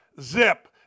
zip